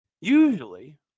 usually